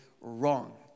wrong